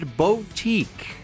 boutique